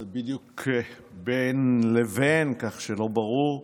זה בדיוק בין לבין, כך שלא ברור.